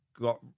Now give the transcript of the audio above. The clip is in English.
got